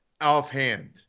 offhand